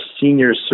senior